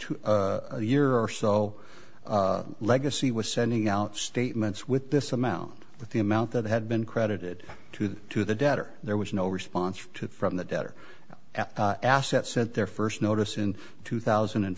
two year or so legacy was sending out statements with this amount with the amount that had been credited to the to the debtor there was no response from the debtor assets at their first notice in two thousand and